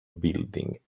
building